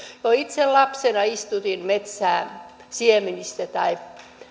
itse jo lapsena istutin metsää siemenistä tai